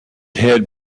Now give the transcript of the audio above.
head